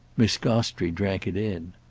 miss gostrey drank it in.